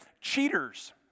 Cheaters